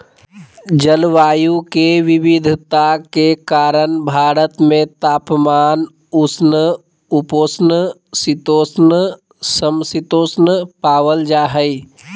जलवायु के विविधता के कारण भारत में तापमान, उष्ण उपोष्ण शीतोष्ण, सम शीतोष्ण पावल जा हई